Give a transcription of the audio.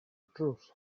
drws